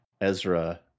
ezra